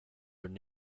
their